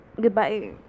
goodbye